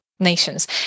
nations